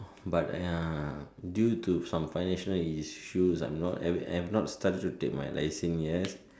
but I due to some financial issues I'm not I have not started to take my license yet